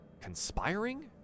conspiring